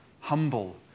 humble